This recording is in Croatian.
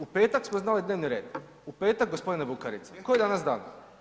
U petak smo znali dnevni red u petak gospodine Bukarica, koji je danas dan?